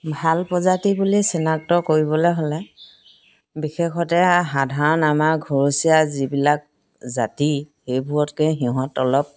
ভাল প্ৰজাতি বুলি চিনাক্ত কৰিবলৈ হ'লে বিশেষতে সাধাৰণ আমাৰ ঘৰচীয়া যিবিলাক জাতি সেইবোৰতকৈ সিহঁত অলপ